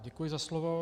Děkuji za slovo.